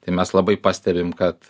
tai mes labai pastebim kad